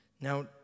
Now